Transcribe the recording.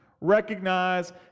recognize